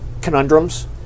conundrums